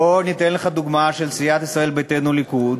בוא אתן לך דוגמה של סיעת ישראל ביתנו, הליכוד,